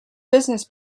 business